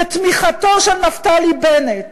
ו"תמיכתו של נפתלי בנט,